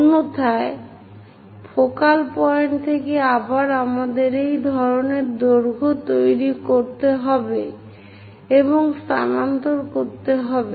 অন্যথায় focal point থেকে আবার আমাদের এই ধরনের দৈর্ঘ্য তৈরি করতে হবে এবং স্থানান্তর করতে হবে